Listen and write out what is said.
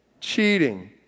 cheating